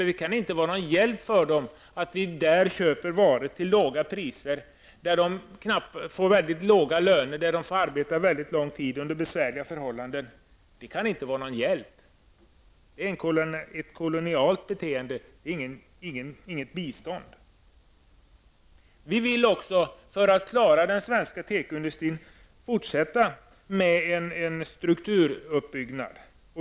Det kan inte vara någon hjälp för dem att vi av dem köper varor till låga priser, så att människorna där till låga löner får arbeta lång tid under besvärliga förhållanden. Det är ett kolonialt beteende och inget bistånd. För att klara den svenska tekoindustrin vill vi också fortsätta med en strukturuppbyggnad.